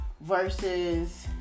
versus